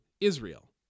Israel